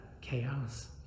chaos